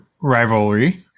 rivalry